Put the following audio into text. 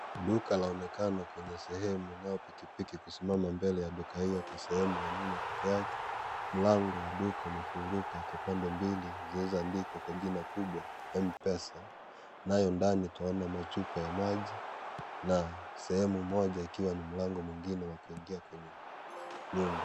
Duka laonekana kwenye sehemu inayo pikipiki kusimama mbele ya duka hiyo kwa sehemu ya nyuma peke yake mlango wa duka umefunguka pande mbili zilizoandikwa kwa jina kubwa M-Pesa nayo ndani twaona machupa ya maji na sehemu moja ikiwa mlango mwingine wa kuingia kwenye nyumba.